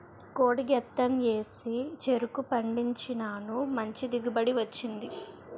కోడి గెత్తెం ఏసి చెరుకు పండించినాను మంచి దిగుబడి వచ్చింది